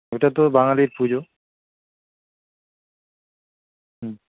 ওটা তো বাঙালির পুজো হুম